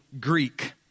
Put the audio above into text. Greek